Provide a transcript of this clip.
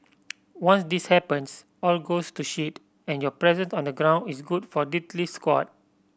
once this happens all goes to shit and your presence on the ground is good for diddly squat